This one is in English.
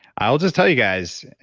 i'll just tell you guys,